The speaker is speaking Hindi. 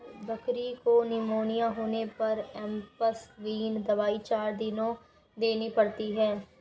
बकरी को निमोनिया होने पर एंपसलीन दवाई चार दिन देनी पड़ती है